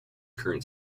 current